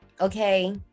okay